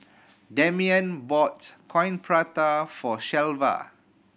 Damian bought Coin Prata for Shelva